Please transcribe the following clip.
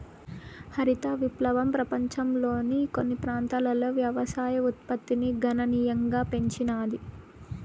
హరిత విప్లవం పపంచంలోని కొన్ని ప్రాంతాలలో వ్యవసాయ ఉత్పత్తిని గణనీయంగా పెంచినాది